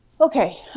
Okay